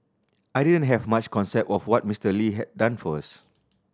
I didn't have much concept of what Mister Lee had done for us